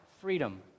freedom